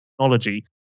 technology